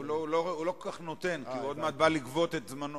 הוא לא כל כך נותן כי עוד מעט הוא בא לגבות את זמנו.